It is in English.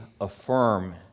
affirm